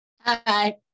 Hi